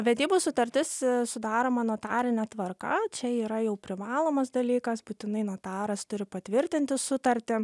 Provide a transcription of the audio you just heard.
vedybų sutartis sudaroma notarine tvarka čia yra jau privalomas dalykas būtinai notaras turi patvirtinti sutartį